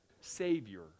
Savior